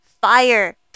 fire